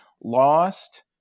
Lost